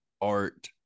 art